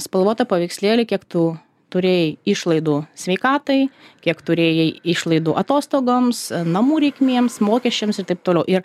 spalvotą paveikslėlį kiek tu turėjai išlaidų sveikatai kiek turėjai išlaidų atostogoms namų reikmėms mokesčiams ir taip toliau ir